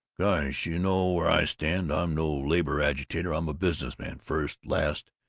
gosh, you know where i stand! i'm no labor agitator! i'm a business man, first, last,